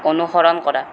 অনুসৰণ কৰা